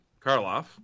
Karloff